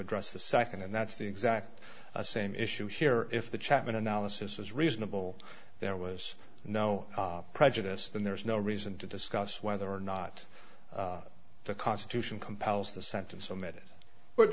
address the second and that's the exact same issue here if the chapman analysis is reasonable there was no prejudice then there is no reason to discuss whether or not the constitution compels the sentence omitted